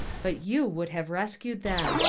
but you would have rescued them.